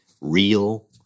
real